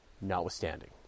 notwithstanding